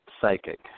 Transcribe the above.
psychic